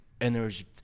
energy